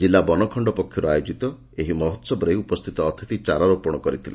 ଜିଲ୍ଲା ବନଖଣ୍ଡ ପକ୍ଷରୁ ଆୟୋଜିତ ଏହି ମହୋହବରେ ଉପସ୍ଥିତ ଅତିଥି ଚାରା ରୋପଶ କରିଥିଲେ